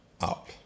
up